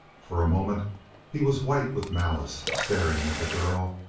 for a moment he was white with malice, staring at the girl,